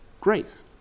grace